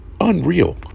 Unreal